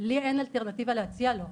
לי אין אלטרנטיבה להציע לו.